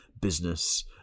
business